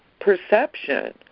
perception